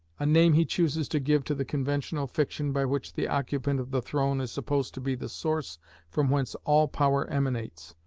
a name he chooses to give to the conventional fiction by which the occupant of the throne is supposed to be the source from whence all power emanates,